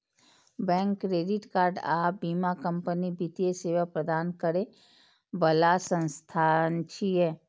bank, credit card आ बीमा company वित्तीय सेवा प्रदान करै बला संस्थान छियै